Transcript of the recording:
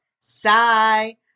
sigh